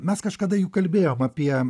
mes kažkada juk kalbėjom apie